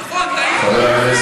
נכון, טעינו.